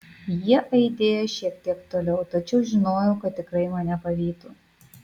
jie aidėjo šiek tiek toliau tačiau žinojau kad tikrai mane pavytų